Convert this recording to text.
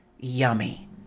yummy